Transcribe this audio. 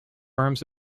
arms